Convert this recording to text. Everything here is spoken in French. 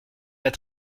pas